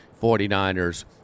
49ers